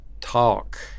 talk